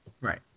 Right